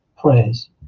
prayers